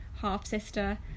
half-sister